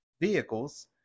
vehicles